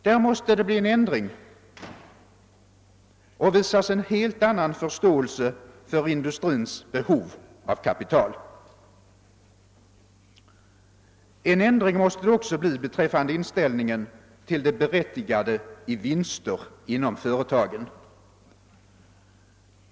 Därvidlag måste det bli en ändring och visas en helt annan förståelse för industrins behov av kapital. Det måste också bli en ändring i inställningen till det berättigade i vinster inom företagen.